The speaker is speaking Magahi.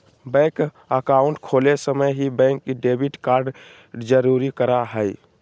बैंक अकाउंट खोले समय ही, बैंक डेबिट कार्ड जारी करा हइ